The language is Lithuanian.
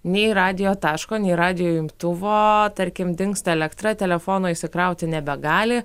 nei radijo taško nei radijo jungtuvo tarkim dingsta elektra telefono įsikrauti nebegali